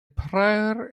prior